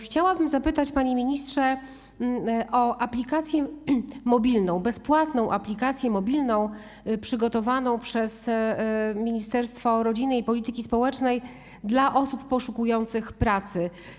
Chciałabym zapytać, panie ministrze, o bezpłatną aplikację mobilną przygotowaną przez Ministerstwo Rodziny i Polityki Społecznej dla osób poszukujących pracy.